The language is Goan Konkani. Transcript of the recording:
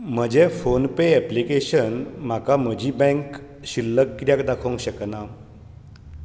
म्हजें फोनपे ऍप्लिकेशन म्हाका म्हजी बँक शिल्लक कित्याक दाखोवंक शकना